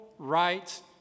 right